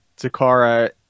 Takara